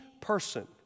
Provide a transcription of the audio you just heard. person